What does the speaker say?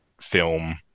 film